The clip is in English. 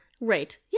Right